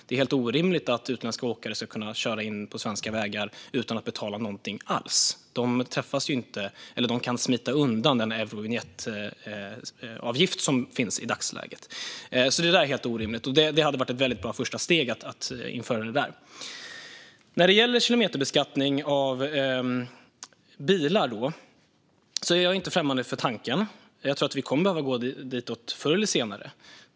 Det är helt orimligt att utländska åkare ska kunna köra in på svenska vägar utan att betala någonting alls; de kan smita undan den Eurovinjettavgift som finns i dagsläget. Det är helt orimligt, och det hade varit ett väldigt bra första steg att införa detta. När det gäller kilometerbeskattning av bilar är jag inte främmande för tanken. Jag tror att vi kommer att behöva gå ditåt förr eller senare.